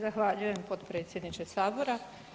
Zahvaljujem potpredsjedniče sabora.